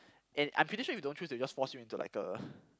and I'm pretty sure if you don't choose they will just force you into like a